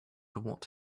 what